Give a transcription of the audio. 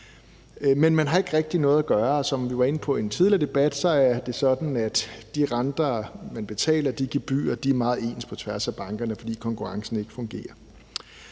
Man kan ikke rigtig gøre noget, og som vi var inde på i en tidligere debat, er det sådan, at de renter og gebyrer, man betaler, er meget ens på tværs af bankerne, fordi konkurrencen ikke fungerer.